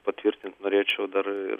patvirtint norėčiau dar ir